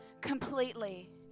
completely